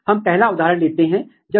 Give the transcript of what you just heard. ये बहुत कम इस्तेमाल की जाने वाली विधि है